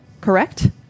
correct